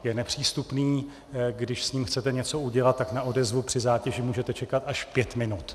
Je nepřístupný, když s ním chcete něco udělat, tak na odezvu při zátěži můžete čekat až pět minut.